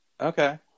Okay